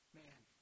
man